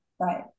Right